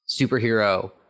superhero